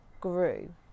grew